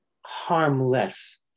harmless